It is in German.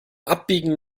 abbiegen